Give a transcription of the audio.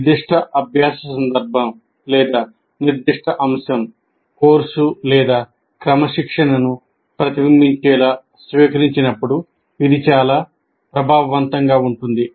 నిర్దిష్ట అభ్యాస సందర్భం లేదా నిర్దిష్ట అంశం కోర్సు లేదా క్రమశిక్షణను ప్రతిబింబించేలా స్వీకరించినప్పుడు ఇది చాలా ప్రభావవంతంగా ఉంటుంది